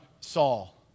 Saul